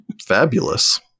Fabulous